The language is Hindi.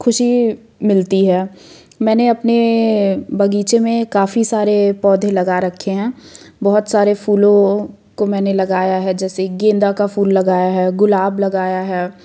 खुशी मिलती है मैंने अपने बगीचे में काफ़ी सारे पौधे लगा रखे हैं बहुत सारे फूलों को मैंने लगाया है जैसे गेंदा का फूल लगाया है गुलाब लगाया है